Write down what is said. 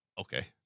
Okay